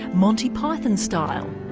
monty python style.